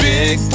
Big